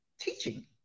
teaching